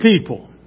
people